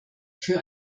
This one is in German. für